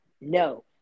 no